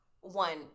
one